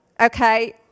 Okay